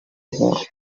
four